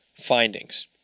findings